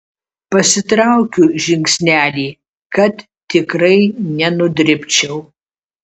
pasitraukiu žingsnelį kad tikrai nenudribčiau